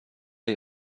jej